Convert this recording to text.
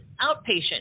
Outpatient